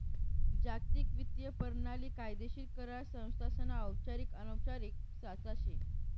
जागतिक वित्तीय परणाली कायदेशीर करार संस्थासना औपचारिक अनौपचारिक साचा शे